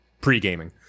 pre-gaming